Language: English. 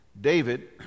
David